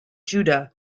judah